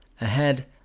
Ahead